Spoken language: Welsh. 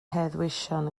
heddweision